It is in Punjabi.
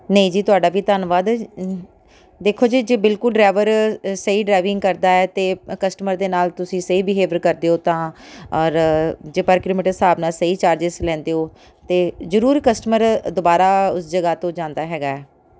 ਨਹੀਂ ਜੀ ਤੁਹਾਡਾ ਵੀ ਧੰਨਵਾਦ ਦੇਖੋ ਜੀ ਜੇ ਬਿਲਕੁਲ ਡਰਾਈਵਰ ਸਹੀ ਡਰਾਈਵਿੰਗ ਕਰਦਾ ਹੈ ਅਤੇ ਕਸਟਮਰ ਦੇ ਨਾਲ ਤੁਸੀਂ ਸਹੀ ਬੀਹੇਵਅਰ ਕਰਦੇ ਹੋ ਤਾਂ ਔਰ ਜੇ ਪਰ ਕਿਲੋਮੀਟਰ ਦੇ ਹਿਸਾਬ ਨਾਲ ਸਹੀ ਚਾਰਜਿਸ ਲੈਂਦੇ ਹੋ ਤਾਂ ਜ਼ਰੂਰ ਕਸਟਮਰ ਦੁਬਾਰਾ ਉਸ ਜਗ੍ਹਾ ਤੋਂ ਜਾਂਦਾ ਹੈਗਾ